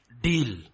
Deal